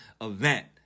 event